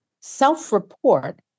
self-report